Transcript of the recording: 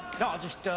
no i'll just ah.